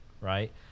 right